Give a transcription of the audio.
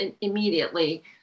immediately